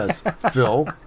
Phil